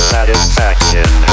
Satisfaction